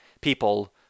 people